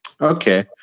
Okay